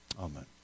Amen